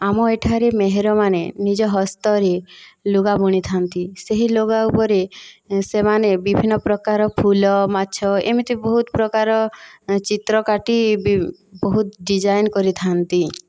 ଆମ ଏଠାରେ ମେହେରମାନେ ନିଜ ହସ୍ତରେ ଲୁଗା ବୁଣିଥାନ୍ତି ସେହି ଲୁଗା ଉପରେ ସେମାନେ ବିଭିନ୍ନ ପ୍ରକାର ଫୁଲ ମାଛ ଏମିତି ବହୁତ ପ୍ରକାର ଚିତ୍ର କାଟି ବହୁତ ଡିଜାଇନ୍ କରିଥାନ୍ତି